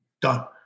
done